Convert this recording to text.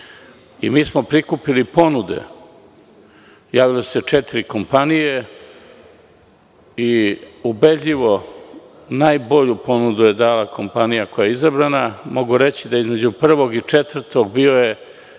raspisan. Prikupili smo ponude. Javile su se četiri kompanije a ubedljivo najbolju ponudu je dala kompanija koja je izabrana. Mogu reći da je između prvog i četvrtog bila